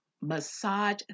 massage